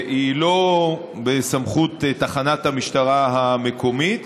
זה לא בסמכות תחנת המשטרה המקומית.